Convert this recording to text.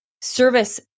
service